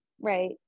right